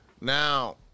Now